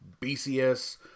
BCS